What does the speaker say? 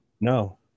No